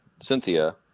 Cynthia